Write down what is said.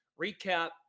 recap